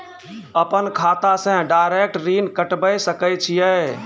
अपन खाता से डायरेक्ट ऋण कटबे सके छियै?